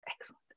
Excellent